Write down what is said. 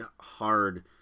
hard